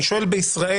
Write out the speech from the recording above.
אני שואל בישראל,